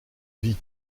vit